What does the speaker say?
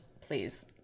please